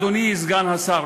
אדוני סגן השר?